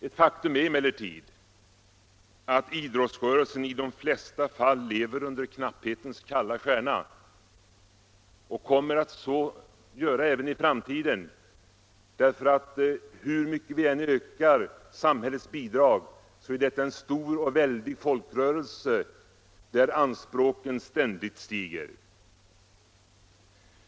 Ett faktum är emellertid att idrottsrörelsen i de flesta fall lever under knapphetens kalla stjärna och kommer att så göra även i framtiden, därför att hur mycket vi än ökar samhällets bidrag så är detta en stor och väldig folkrörelse där anspråken ständigt stiger.